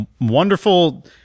wonderful